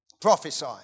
Prophesy